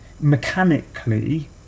mechanically